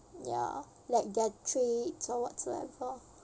ya like their traits or whatsoever